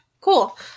cool